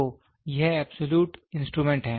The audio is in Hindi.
तो यह एबसॉल्यूट इंस्ट्रूमेंट है